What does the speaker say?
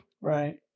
Right